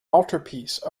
altarpiece